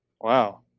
Wow